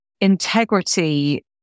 integrity